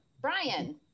Brian